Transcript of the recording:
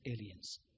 aliens